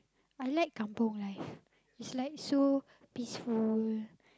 I like kampung life is like so peaceful